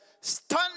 stand